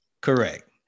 Correct